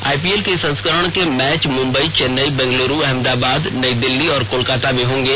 IPL के इस संस्करण के मैच मुंबई चैन्नई बंगलुरू अहमदाबाद नई दिल्ली और कोलकाता में होंगे